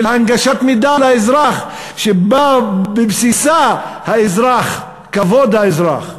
של הנגשת מידע לאזרח, שבבסיסה האזרח, כבוד לאזרח.